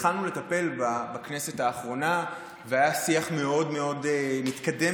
התחלנו לטפל בכנסת האחרונה והיה שיח מאוד מאוד מתקדם